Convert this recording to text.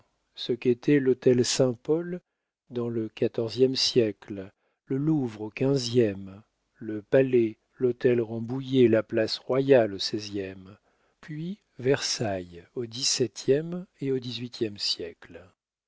ce qu'était l'hôtel saint-paul dans le quatorzième siècle le louvre au quinzième le palais l'hôtel rambouillet la place royale au seizième puis versailles au dix-septième et au dix-huitième siècle